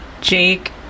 Jake